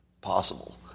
possible